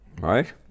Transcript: Right